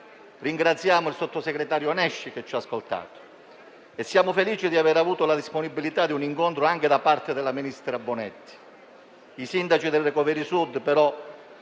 Ringraziamo il sottosegretario Nesci che ci ha ascoltato e siamo felici di aver avuto la disponibilità di un incontro anche da parte del ministro Bonetti. I sindaci della rete *recovery* Sud, però,